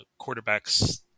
quarterbacks